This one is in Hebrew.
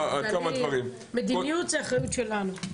מדיניות זו האחריות שלנו.